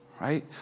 right